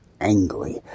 angry